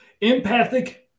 Empathic